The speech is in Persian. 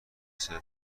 صدق